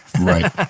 right